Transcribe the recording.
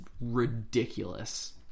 ridiculous